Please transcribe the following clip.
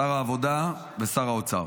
שר העבודה ושר האוצר.